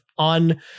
on